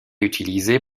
utilisé